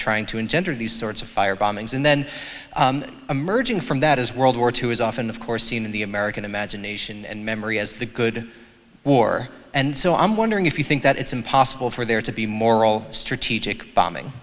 trying to engender these sorts of fire bombings and then emerging from that as world war two is often of course seen in the american imagination and memory as the good war and so i'm wondering if you think that it's impossible for there to be moral strategic bombing